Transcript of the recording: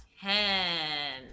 Ten